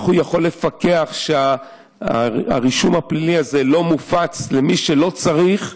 איך הוא יכול לפקח שהרישום הפלילי הזה לא מופץ למי שלא צריך.